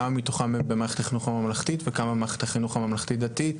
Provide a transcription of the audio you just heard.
כמה מתוכם הם במערכת החינוך הממלכתית וכמה במערכת החינוך הממלכתית דתית,